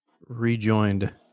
rejoined